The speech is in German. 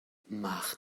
mach